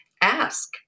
ask